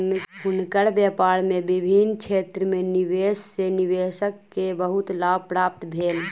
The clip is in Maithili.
हुनकर व्यापार में विभिन्न क्षेत्र में निवेश सॅ निवेशक के बहुत लाभ प्राप्त भेल